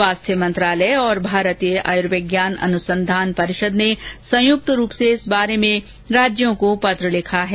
स्वास्थ्य मंत्रालय और भारतीय आयुर्विज्ञान अनुसंधान परिषद ने संयुक्त रूप से इस बारे में राज्यों को पत्र लिखा है